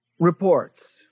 reports